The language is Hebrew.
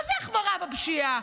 מה זו החמרה בפשיעה?